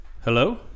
Hello